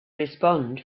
respond